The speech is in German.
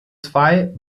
zwei